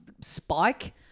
Spike